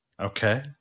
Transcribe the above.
Okay